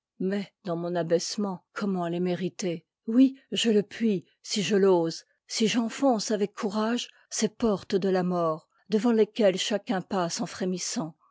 mais dans mon abaissement comment les mériter oui je le puis si je l'ose si j'enfonce avec courage ces portes de la mort devant lesquelles chacun passe en frémissant